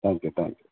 thank you thank you